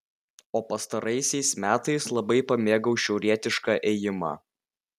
o pastaraisiais metais labai pamėgau šiaurietišką ėjimą